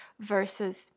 versus